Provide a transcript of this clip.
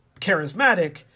charismatic